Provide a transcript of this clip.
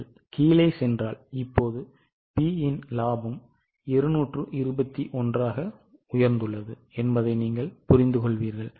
நீங்கள் கீழே சென்றால் இப்போது P இன் லாபம் 221 ஆக உயர்ந்துள்ளது என்பதை நீங்கள் புரிந்துகொள்வீர்கள்